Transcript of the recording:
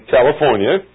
California